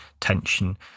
tension